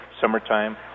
Summertime